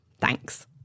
thanks